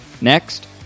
Next